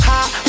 Hot